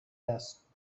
است